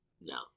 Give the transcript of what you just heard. No